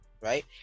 right